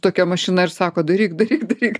tokia mašina ir sako daryk daryk daryk